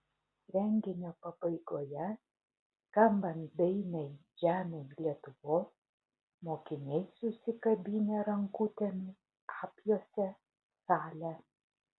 renginio pabaigoje skambant dainai žemėj lietuvos mokiniai susikabinę rankutėmis apjuosė salę